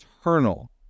eternal